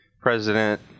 president